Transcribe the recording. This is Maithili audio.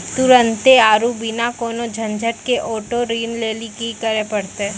तुरन्ते आरु बिना कोनो झंझट के आटो ऋण लेली कि करै पड़तै?